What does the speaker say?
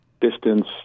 distance